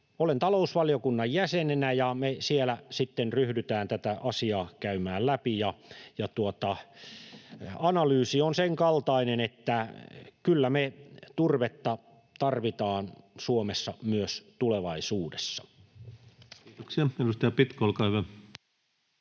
Olen talousvaliokunnan jäsenenä, ja me siellä sitten ryhdytään tätä asiaa käymään läpi. Analyysi on sen kaltainen, että kyllä me turvetta tarvitaan Suomessa myös tulevaisuudessa. Kiitoksia. — Edustaja Pitko, olkaa hyvä.